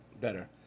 better